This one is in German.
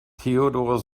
theodor